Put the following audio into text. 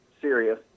serious